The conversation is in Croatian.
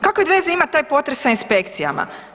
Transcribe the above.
Kakve veze ima taj potres sa inspekcijama?